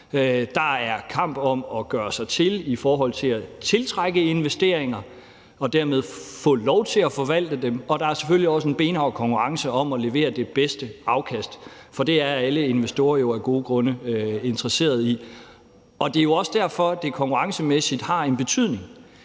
Der er kamp om at gøre sig til for at tiltrække investeringer og dermed få lov til at forvalte dem. Der er selvfølgelig også en benhård konkurrence om at levere det bedste afkast, for det er alle investorer jo af gode grunde interesserede i. Det er også derfor, at det konkurrencemæssigt har en betydning,